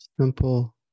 Simple